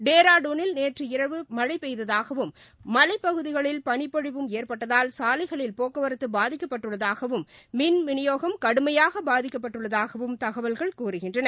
டேராடுனில் நேற்று இரவு மழைபெய்ததாகவும் மலைப் பகுதிகளில் பனிப்பொழிவும் ஏற்பட்டதால் சாலைகளில் போக்குவரத்துபாதிக்கப்பட்டுள்ளதாகவும் மின் விநியோகம் கடுமையாகபதிக்கப்பட்டுள்ளதாகவும் தகவல்கள் கூறுகின்றன